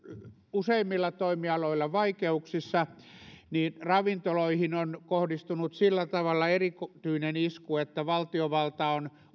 useimmilla toimialoilla vaikeuksissa niin ravintoloihin on kohdistunut sillä tavalla erityinen isku että valtiovalta on